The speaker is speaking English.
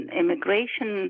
immigration